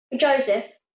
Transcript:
Joseph